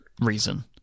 reason